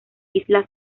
isla